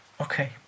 Okay